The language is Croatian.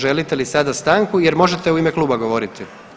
Želite li sada stanku jer možete u ime kluba govoriti?